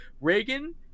Reagan